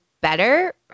better